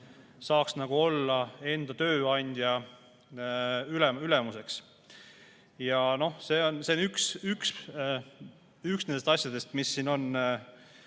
saaks olla enda tööandja ülemus. See on üks nendest asjadest, mis on